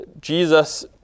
Jesus